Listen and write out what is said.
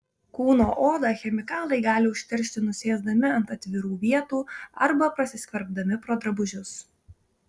kūno odą chemikalai gali užteršti nusėsdami ant atvirų vietų arba prasiskverbdami pro drabužius